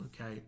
Okay